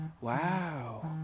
Wow